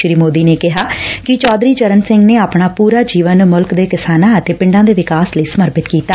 ਸ੍ਰੀ ਮੋਦੀ ਨੇ ਕਿਹਾ ਕਿ ਚੌਧਰੀ ਚਰਨ ਸਿੰਘ ਨੇ ਆਪਣਾ ਪੁਰਾ ਜੀਵਨ ਮੁਲਕ ਦੇ ਕਿਸਾਨਾਂ ਅਤੇ ਪਿੰਡਾਂ ਦੇ ਵਿਕਾਸ ਲਈ ਸਮਰਪਿਤ ਕੀਤਾ